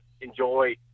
enjoy